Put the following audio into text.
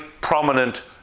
prominent